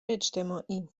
اجتماعی